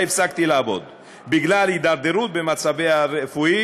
שבה הפסקתי לעבוד בגלל הידרדרות במצבי הרפואי,